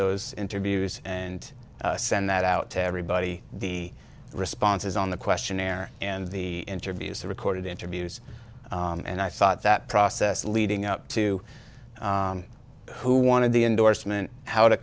those interviews and send that out to everybody the responses on the questionnaire and the interviews to recorded interviews and i thought that process leading up to who wanted the endorsement how to